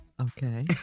okay